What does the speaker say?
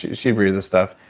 she breathed the stuff,